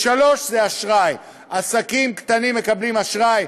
3. אשראי: עסקים קטנים מקבלים אשראי,